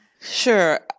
sure